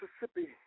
Mississippi